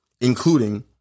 including